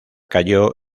cayó